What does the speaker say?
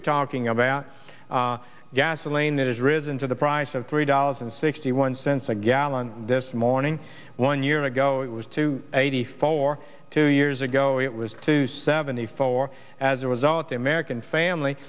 we're talking about gasoline that has risen to the price of three dollars and sixty one cents a gallon this morning one year ago it was two eighty four two years ago it was to seventy four as a result the american family